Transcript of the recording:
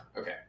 Okay